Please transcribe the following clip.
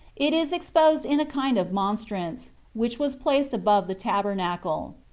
it is exposed in a kind of monstrance, which was placed above the tabernacle.